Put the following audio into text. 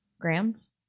grams